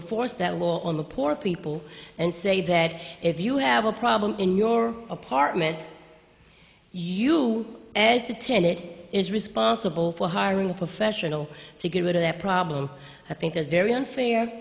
or force that law on the poor people and say that if you have a problem in your apartment you as a tenet is responsible for hiring a professional to get rid of their problem i think is very unfair